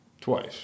twice